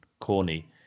corny